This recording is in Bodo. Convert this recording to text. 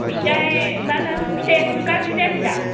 फिथाइ मा होनो फिथाइआथ' गाज्रि जायाखै दा